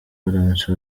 baramutse